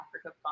Africa